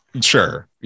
sure